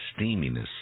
steaminess